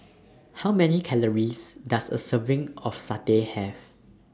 How Many Calories Does A Serving of Satay Have